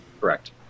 Correct